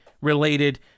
related